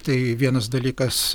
tai vienas dalykas